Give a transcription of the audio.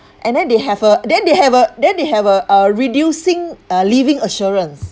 and then they have a then they have a then they have a a reducing uh living assurance